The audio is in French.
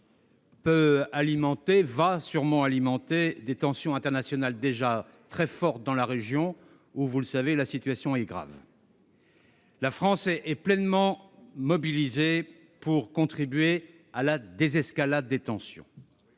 sûrement des tensions internationales déjà très fortes dans la région, où, vous le savez, la situation est grave. La France est pleinement mobilisée pour contribuer à la désescalade des tensions.